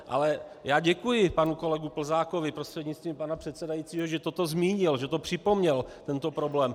Ale já děkuji panu kolegovi Plzákovi prostřednictvím pana předsedajícího, že toto zmínil, že toto připomněl, tento problém.